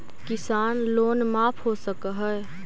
किसान लोन माफ हो सक है?